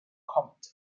comet